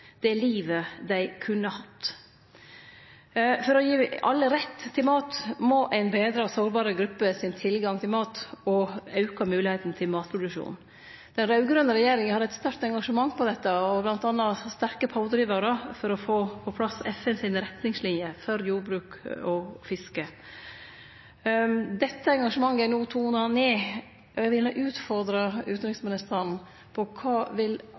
det livet dei kunne hatt. For å gi alle rett til mat må ein betre sårbare gruppers tilgang til mat og auke moglegheita til matproduksjon. Den raud-grøne regjeringa hadde eit sterkt engasjement for dette og var bl.a. sterke pådrivarar for å få på plass FNs retningsliner for jordbruk og fiske. Dette engasjementet er no tona ned. Eg vil utfordre utanriksministeren: Kva vil